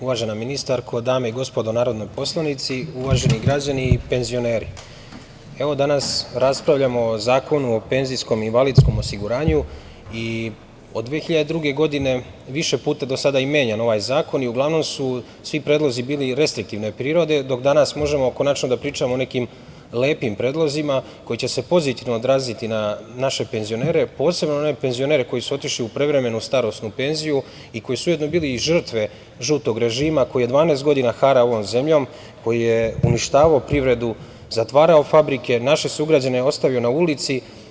Uvažena ministarko, dame i gospodo narodni poslanici, uvaženi građani i penzioneri, evo danas raspravljamo o Zakonu o penzijskom i invalidskom osiguranju i od 2002. godine više je puta do sada menjan ovaj zakon i uglavnom su svi predlozi bili restriktivne prirode, dok danas možemo konačno da pričamo o nekim lepim predlozima koji će se pozitivno odraziti na naše penzionere, posebno na one penzionere koji su otišli u prevremenu starosnu penziju i koji su ujedno bili žrtve žutog režima, koji je 12 godina harao ovom zemljom, koji je uništavao privredu, zatvarao fabrike, naše sugrađane ostavio na ulici.